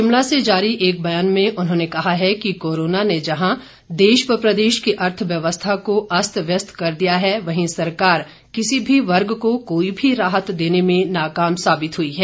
शिमला से जारी एक बयान में उन्होंने कहा है कि कोरोना ने जहां एक ओर देश व प्रदेश की अर्थव्यवस्था को अस्त व्यस्त कर दिया है वहीं सरकार किसी भी वर्ग को कोई भी राहत देने में नाकाम साबित हुई है